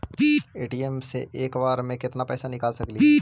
ATM से एक बार मे केत्ना पैसा निकल सकली हे?